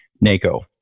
NACO